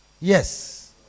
Yes